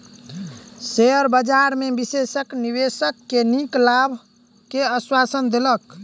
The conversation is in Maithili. शेयर बजार में विशेषज्ञ निवेशक के नीक लाभ के आश्वासन देलक